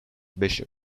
bishop